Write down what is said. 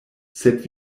sed